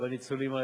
בניצולים האלה.